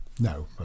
No